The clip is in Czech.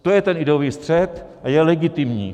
To je ten ideový střet, a je legitimní.